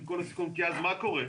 אז מה קורה?